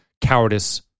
cowardice